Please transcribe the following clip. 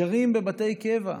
גרים בבתי קבע,